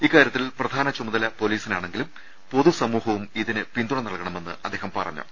ഇക്കാര്യ ത്തിൽ പ്രധാന ചുമതല പൊലീസിനാണെങ്കിലും പൊതുസമൂഹവും ഇതിന് പിന്തുണ നൽകണമെന്ന് അദ്ദേഹം പറഞ്ഞു